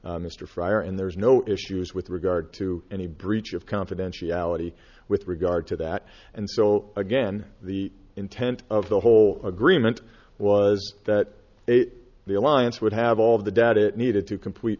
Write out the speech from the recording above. mr fryer and there's no issues with regard to any breach of confidentiality with regard to that and so again the intent of the whole agreement was that a the alliance would have all the data it needed to complete